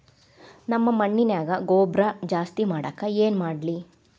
ನಮ್ಮ ಮಣ್ಣಿನ್ಯಾಗ ಗೊಬ್ರಾ ಜಾಸ್ತಿ ಮಾಡಾಕ ಏನ್ ಮಾಡ್ಲಿ?